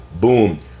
Boom